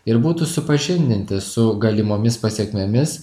ir būtų supažindinti su galimomis pasekmėmis